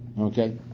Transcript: Okay